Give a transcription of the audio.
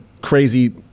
crazy